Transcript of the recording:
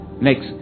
Next